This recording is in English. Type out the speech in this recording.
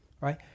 right